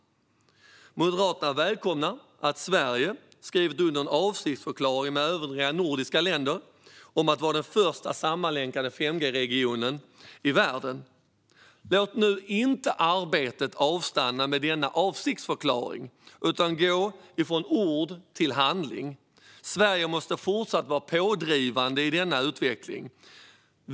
Moderaterna välkomnar att Sverige skrivit under en avsiktsförklaring med övriga nordiska länder om att vara den första sammanlänkade 5G-regionen i världen. Låt nu inte arbetet avstanna med denna avsiktsförklaring, utan gå från ord till handling! Sverige måste fortsätta att vara pådrivande i denna utveckling.